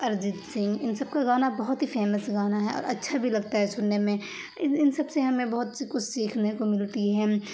ارجیت سنگھ ان سب کا گانا بہت ہی فیمس گانا ہے اور اچھا بھی لگتا ہے سننے میں ان ان سب سے ہمیں بہت سی کچھ سیکھنے کو ملتی ہیں